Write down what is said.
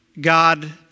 God